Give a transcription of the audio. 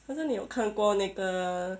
可是你有看过那个